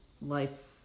life